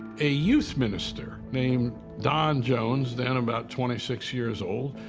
a youth minister named don jones, then about twenty six years old,